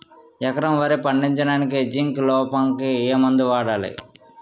ఎకరం వరి పండించటానికి జింక్ లోపంకి ఏ మందు వాడాలి?